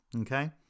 okay